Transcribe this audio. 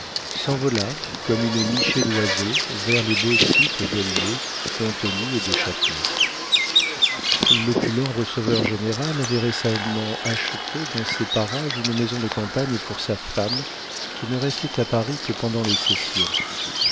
s'envola comme une nichée d'oiseaux vers les beaux sites d'aulnay d'antony et de châtenay l'opulent receveur-général avait récemment acheté dans ces parages une maison de campagne pour sa femme qui ne restait à paris que pendant les sessions